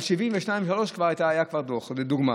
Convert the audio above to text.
על 73-72 היה כבר דוח,